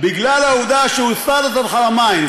בגלל העובדה שהוא ת'לאת' אל-חרמין,